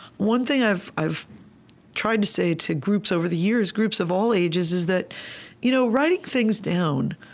one thing i've i've tried to say to groups over the years, groups of all ages, is that you know writing things down,